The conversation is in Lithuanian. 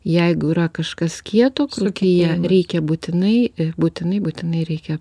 jeigu yra kažkas kieto krūtyje reikia būtinai būtinai būtinai reikia